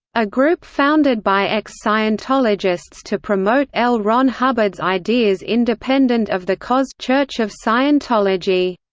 a group founded by ex-scientologists to promote l. ron hubbard's ideas independent of the cos church of scientology.